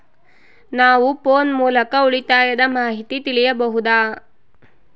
ನಾವು ಫೋನ್ ಮೂಲಕ ಉಳಿತಾಯದ ಮಾಹಿತಿ ತಿಳಿಯಬಹುದಾ?